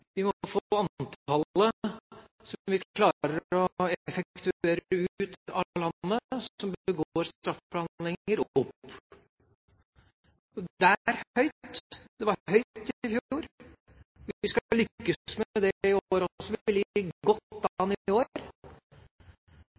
Vi må få antallet som vi klarer å effektuere ut av landet av dem som begår straffbare handlinger, opp. Tallet er høyt. Det var høyt i fjor. Vi skal lykkes med det i år også, for vi